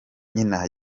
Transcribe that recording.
nyina